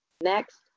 Next